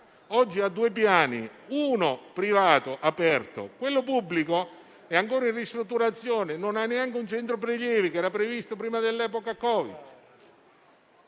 oggi ha due piani: uno, privato, aperto, mentre quello pubblico è ancora in ristrutturazione, non ha neanche un centro prelievi, già previsto prima dell'epoca Covid.